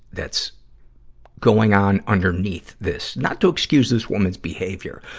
that's going on underneath this? not to excuse this woman's behavior,